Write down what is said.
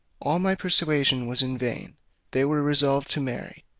all my persuasion was in vain they were resolved to marry,